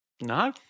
No